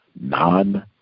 non